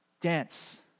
Dance